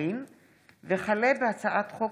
וכלה בהצעת חוק